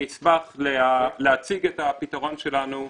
אני אשמח להציג את הפתרון שלנו יותר מאוחר.